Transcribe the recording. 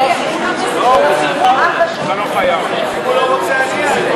אם הוא לא רוצה אני אעלה,